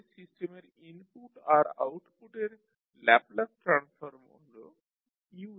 তাহলে সিস্টেমের ইনপুট আর আউটপুটের ল্যাপলাস ট্রান্সফর্ম হল U এবং Y